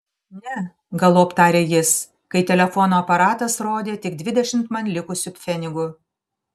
ne galop tarė jis kai telefono aparatas rodė tik dvidešimt man likusių pfenigų